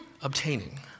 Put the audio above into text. obtaining